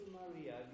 Maria